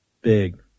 Big